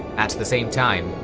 at the same time,